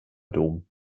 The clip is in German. dom